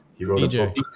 DJ